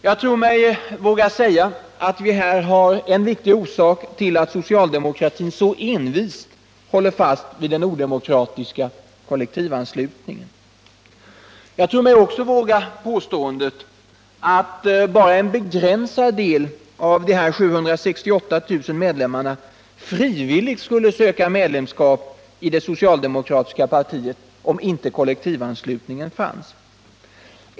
Jag tror mig våga säga att vi här har en orsak till att socialdemokratin så envist håller fast vid den odemokratiska kollektivanslutningen. Jag tror mig också våga påstå att bara en begränsad del av dessa 768 000 medlemmar frivilligt skulle söka medlemskap i det socialdemokratiska partiet om inte kollektivanslutningen fanns.